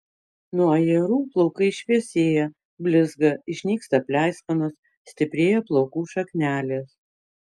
nuo ajerų plaukai šviesėja blizga išnyksta pleiskanos stiprėja plaukų šaknelės